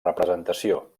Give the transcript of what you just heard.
representació